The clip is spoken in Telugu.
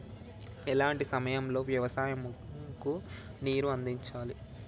ఎలాంటి సమయం లో వ్యవసాయము కు నీరు అందించాలి?